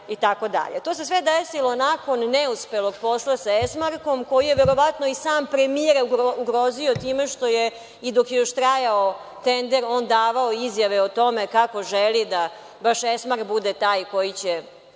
To se sve desilo nakon neuspelog posla sa „Esmarkom“, koji je verovatno i sam premijer ugrozio time što je, dok je još trajao tender, on davao izjave o tome kako želi da baš „Esmark“ bude taj koji će